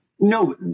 No